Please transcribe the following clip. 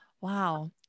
wow